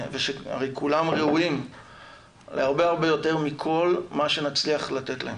הרי כולם ראויים להרבה הרבה יותר מכל מה שנצליח לתת להם.